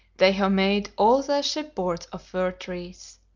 they have made all thy ship-boards of fir trees.